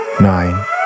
nine